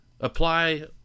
apply